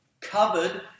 Covered